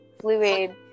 fluid